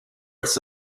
its